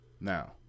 Now